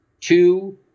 Two